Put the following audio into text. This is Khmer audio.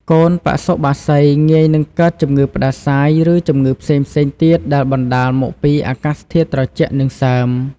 កូនបសុបក្សីងាយនឹងកើតជំងឺផ្តាសាយ ឬជំងឺផ្សេងៗទៀតដែលបណ្តាលមកពីអាកាសធាតុត្រជាក់ និងសើម។